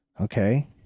okay